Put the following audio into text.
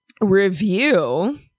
review